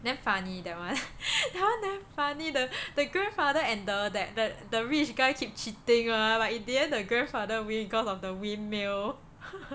damn funny that one damn funny the the grandfather and the that that the rich guy keep cheating [one] but in the end the grandfather win cause of the windmill